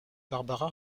barbara